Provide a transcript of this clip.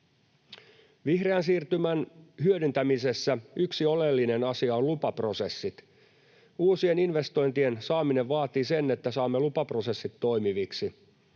Vihreän siirtymän hyödyntämisessä yksi oleellinen asia on lupaprosessit. Uusien investointien saaminen vaatii sen, että saamme lupaprosessit toimiviksi.